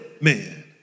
man